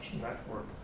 network